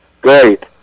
Great